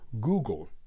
Google